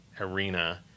arena